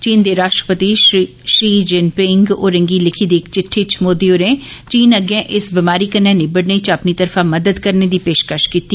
चीन दे राष्ट्रपति शी जिनपिंग होरें गी लिखी दी इक चिट्ठी च मोदी होरें चीन अग्गै इस बमारी कन्नै निबड़ने च अपनी तरफा मदद करने दी पेशकश कीती